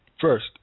First